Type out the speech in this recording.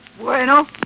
Bueno